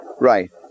Right